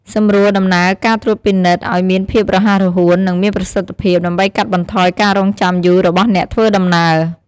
សម្រួលដំណើរការត្រួតពិនិត្យឱ្យមានភាពរហ័សរហួន និងមានប្រសិទ្ធភាព ដើម្បីកាត់បន្ថយការរង់ចាំយូររបស់អ្នកធ្វើដំណើរ។